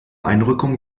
einrückung